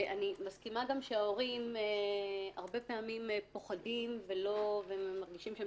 ואני מסכימה גם שההורים הרבה פעמים פוחדים ומרגישים שהם